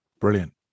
Brilliant